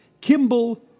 Kimball